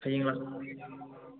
ꯍꯌꯦꯡ ꯂꯥꯛ